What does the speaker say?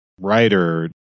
writer